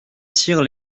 cyr